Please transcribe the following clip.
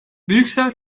brüksel